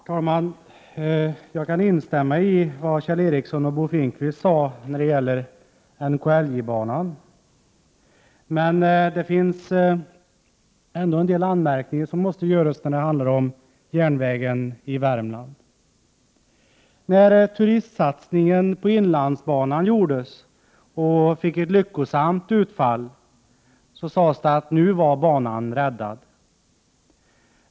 Herr talman! Jag kan instämma i det som Kjell Ericsson och Bo Finnkvist sade när det gäller NKIJ-banan. Men det finns en del anmärkningar som måste göras när det handlar om järnvägen i Värmland. När turistsatsningen på inlandsbanan gjordes och fick ett lyckosamt utfall, sades det att banan var räddad.